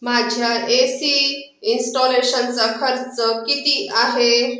माझ्या A C इन्स्टॉलेशनचा खर्च किती आहे